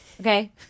okay